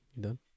Done